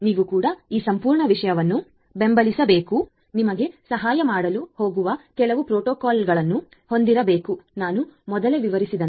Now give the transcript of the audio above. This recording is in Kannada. ನೀವು ಕೂಡ ಈ ಸಂಪೂರ್ಣ ವಿಷಯವನ್ನು ಬೆಂಬಲಿಸಬೇಕು ನಿಮಗೆ ಸಹಾಯ ಮಾಡಲು ಹೋಗುವ ಕೆಲವು ಪ್ರೋಟೋಕಾಲ್ಗಳನ್ನು ಹೊಂದಿರಬೇಕು ನಾನು ಮೊದಲೇ ವಿವರಿಸಿದೆ